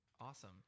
awesome